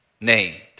named